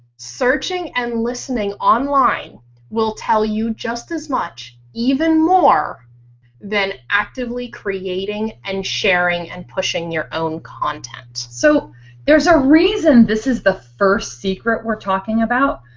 searching and listening online will tell you just as much even more then actively creating and sharing and pushing your own content. so there's a reason this is the first secret we're talking about.